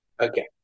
Okay